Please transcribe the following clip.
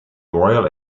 royal